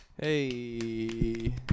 Hey